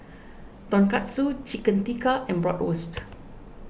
Tonkatsu Chicken Tikka and Bratwurst